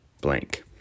Blank